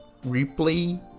replay